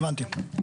כן.